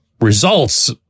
results